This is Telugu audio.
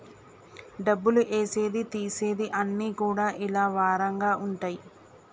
డబ్బులు ఏసేది తీసేది అన్ని కూడా ఇలా వారంగా ఉంటయి